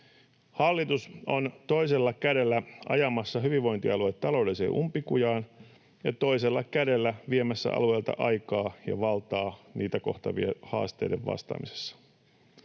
Hallitus on toisella kädellä ajamassa hyvinvointialueet taloudelliseen umpikujaan ja toisella kädellä viemässä alueilta aikaa ja valtaa niitä kohtaaviin haasteisiin vastaamisessa.